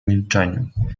milczeniu